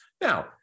Now